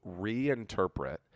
reinterpret